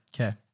Okay